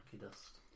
dust